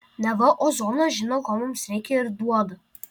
neva ozonas žino ko mums reikia ir duoda